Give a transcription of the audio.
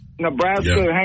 Nebraska